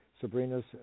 Sabrina's